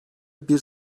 bir